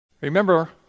Remember